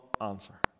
answer